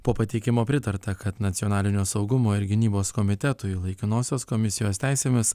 po pateikimo pritarta kad nacionalinio saugumo ir gynybos komitetui laikinosios komisijos teisėmis